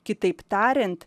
kitaip tariant